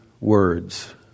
words